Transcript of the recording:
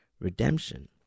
redemption